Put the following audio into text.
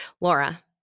Laura